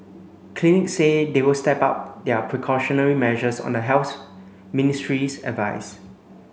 clinics said they will step up their precautionary measures on the Health Ministry's advice